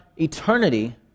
eternity